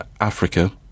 Africa